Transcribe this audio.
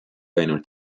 ainult